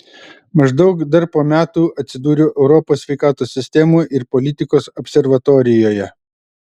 maždaug dar po metų atsidūriau europos sveikatos sistemų ir politikos observatorijoje